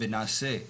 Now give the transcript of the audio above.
ונעשה,